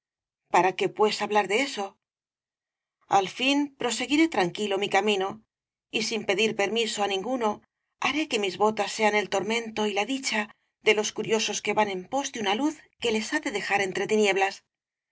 para qué pues hablar de eso al fin proseguiré tranquilo mi camino y sin pedir permiso á ninguno haré que mis botas sean el tormento y la dicha de los curiosos que van en pos de una luz que les ha de dejar